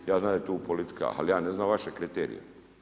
Ja znadem da je tu politika, ali ja ne znam vaše kriterije.